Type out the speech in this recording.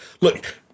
Look